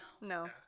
No